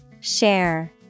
Share